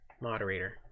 moderator